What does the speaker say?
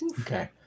Okay